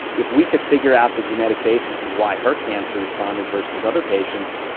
if we could figure out the genetic basis of why her cancer responded versus other patients,